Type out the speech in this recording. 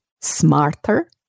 smarter